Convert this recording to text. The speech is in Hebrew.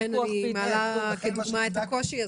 לכן אני מעלה את הקושי הזה.